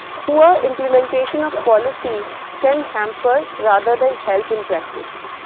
poor implementation of policies can hamper rather than help in practice.